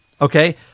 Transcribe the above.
okay